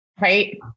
Right